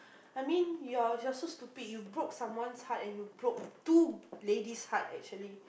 I mean you're you're so stupid you broke someone's heart and you broke two ladies heart actually